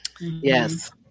Yes